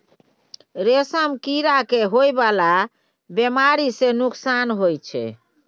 रेशम कीड़ा के होए वाला बेमारी सँ नुकसान होइ छै